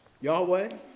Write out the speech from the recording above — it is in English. Yahweh